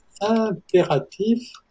impératif